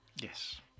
Yes